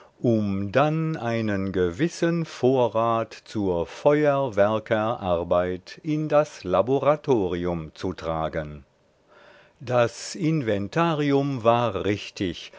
um dann einen gewissen vorrat zur feuerwerkerarbeit in das laboratorium zu tragen das inventarium war richtig